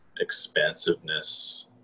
expansiveness